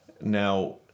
Now